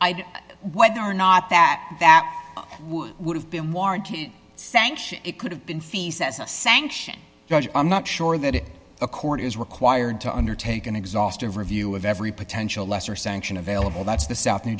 had whether or not that that would have been warrant sanction it could have been fisa as a sanction i'm not sure that a court is required to undertake an exhaustive review of every potential lesser sanction available that's the south new